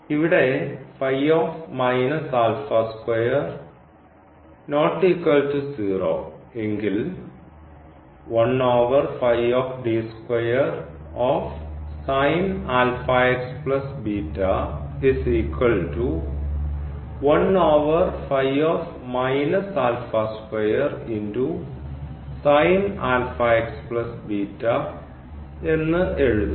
ഇവിടെ എങ്കിൽ എന്ന് എഴുതാം